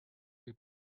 روی